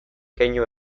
keinu